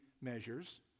measures